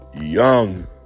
young